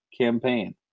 campaign